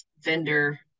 vendor